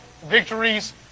victories